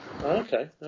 Okay